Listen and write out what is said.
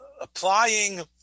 applying